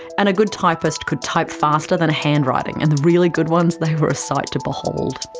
and a good typist could type faster than handwriting, and the really good ones, they were a sight to behold.